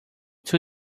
too